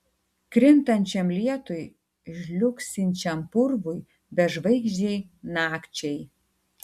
krintančiam lietui žliugsinčiam purvui bežvaigždei nakčiai